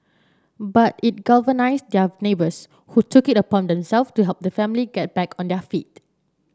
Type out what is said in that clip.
but it galvanised their neighbours who took it upon them self to help the family get back on their feet